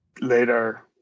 Later